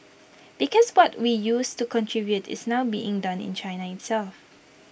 because what we used to contribute is now being done in China itself